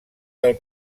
del